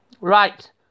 right